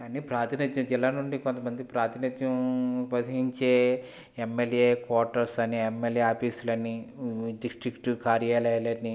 అన్ని ప్రాతినిధ్యం జిల్లా నుండి కొంత మంది ప్రాతినిధ్యం వహించే ఎమ్మెల్యే క్వార్టర్స్ అని ఎమ్మెల్యే ఆఫీసులని డిస్ట్రిక్ట్ కార్యాలయాలని